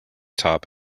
top